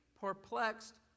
perplexed